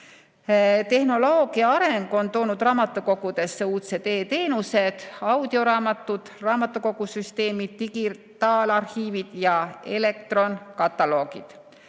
Tehnoloogia areng on toonud raamatukogudesse uudsed e-teenused, audioraamatud, raamatukogusüsteemid, digitaalarhiivid ja elektronkataloogid.